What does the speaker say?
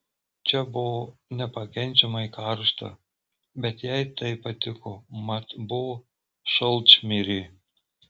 čia buvo nepakenčiamai karšta bet jai tai patiko mat buvo šalčmirė